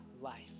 life